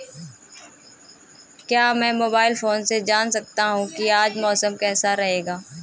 क्या मैं mobile phone से जान सकता हूँ कि आज मौसम कैसा रहेगा?